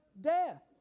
death